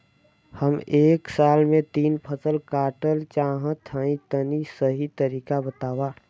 हम एक साल में तीन फसल काटल चाहत हइं तनि सही तरीका बतावा?